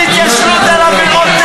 רק תיקח את הזמנים.